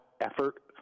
effort